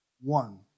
One